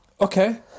Okay